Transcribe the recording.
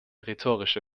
rhetorische